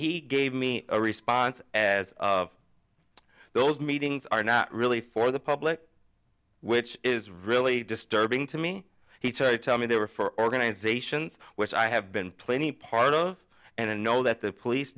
he gave me a response as of those meetings are not really for the public which is really disturbing to me he tried to tell me they were for organizations which i have been plenty part of and know that the police